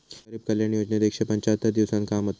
गरीब कल्याण योजनेत एकशे पंच्याहत्तर दिवसांत काम होता